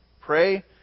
Pray